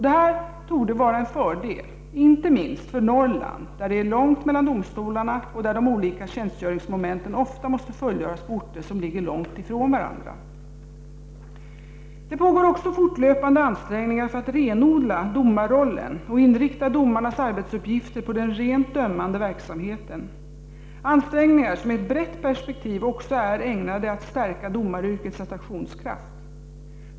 Detta torde vara en fördel inte minst för Norrland där det är långt mellan domstolarna och där de olika tjänstgöringsmomenten ofta måste fullgöras på orter som ligger långt från varandra: Det pågår också fortlöpande ansträngningar för att renodla domarrollen och inrikta domarnas arbetsuppgifter på den rent dömande verksamheten, ansträngningar som i ett brett perspektiv också är ägnade att stärka domaryrkets attraktionskraft.